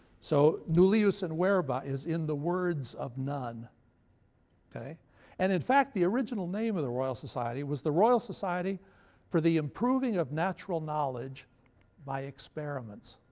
so nullius in verba is in the words of none and, in fact, the original name of the royal society was the royal society for the improving of natural knowledge by experiments.